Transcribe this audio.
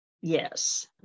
Yes